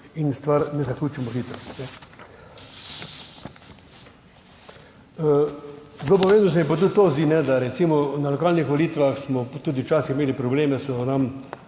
in stvari ne zaključimo hitro. Zelo pomembno se mi pa zdi tudi to, da smo recimo na lokalnih volitvah tudi včasih imeli probleme,